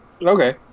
Okay